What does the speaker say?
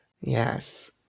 Yes